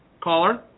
Caller